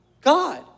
God